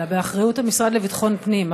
אלא באחריות המשרד לביטחון פנים,